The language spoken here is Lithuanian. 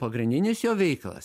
pagrindinis jo veikalas